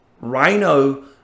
rhino